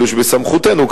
אלה שבסמכותנו,